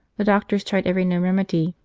the doctors tried every known remedy,